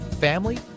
family